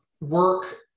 work